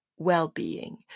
well-being